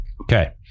Okay